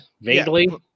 vaguely